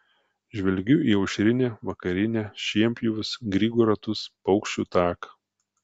žvelgiu į aušrinę vakarinę šienpjovius grigo ratus paukščių taką